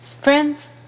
Friends